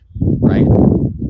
right